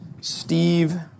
Steve